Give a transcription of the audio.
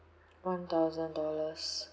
one thousand dollars